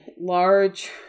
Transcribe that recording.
large